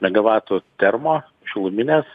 megavatų termo šiluminės